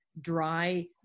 dry